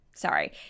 Sorry